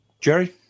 Jerry